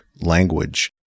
language